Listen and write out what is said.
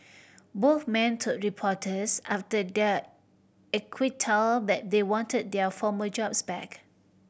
both men told reporters after their acquittal that they wanted their former jobs back